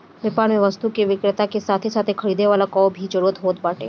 व्यापार में वस्तु के विक्रेता के साथे साथे खरीदे वाला कअ भी जरुरत होत बाटे